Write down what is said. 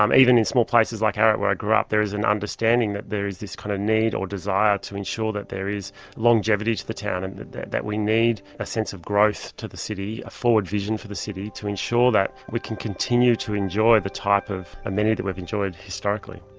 um even in small places like ararat where i grew up there is an understanding that there is this kind of need or desire to ensure that there is a longevity to the town and that that we need a sense of growth to the city, a forward vision for the city, to ensure that we can continue to enjoy the type of amenity that we've enjoyed historically.